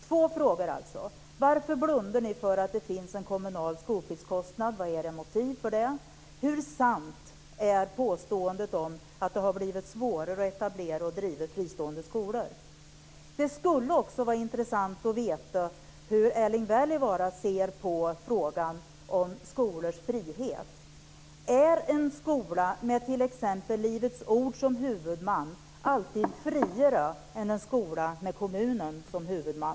Jag har alltså två frågor: Varför blundar ni för att det finns en kommunal skolpliktskostnad och vilka är era motiv för det? Och hur sant är påståendet att det har blivit svårare att etablera och driva fristående skolor? Det skulle också vara intressant att veta hur Erling Wälivaara ser på frågan om skolors frihet. Är en skola med t.ex. Livets Ord som huvudman alltid friare än en skola med kommunen som huvudman?